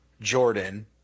Jordan